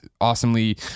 awesomely